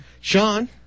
Sean